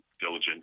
diligent